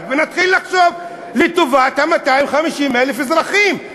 ונתחיל לחשוב לטובת 250,000 אזרחים.